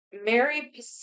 Mary